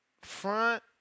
Front